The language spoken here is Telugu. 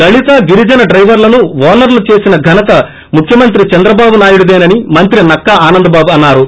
దళిత గిరిజన డైవర్లను ఓనర్లు చేసిన ఘనత ముఖ్యమంత్రి చంద్రబాబు నాయుడుదేనని మంత్రి నక్కా ఆనందబాబు అన్నారు